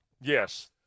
Yes